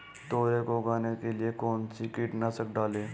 तोरियां को उगाने के लिये कौन सी कीटनाशक डालें?